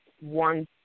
one